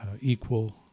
equal